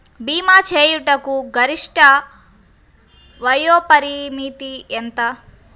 భీమా చేయుటకు గరిష్ట వయోపరిమితి ఎంత?